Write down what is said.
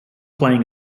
playing